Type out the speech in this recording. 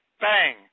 Bang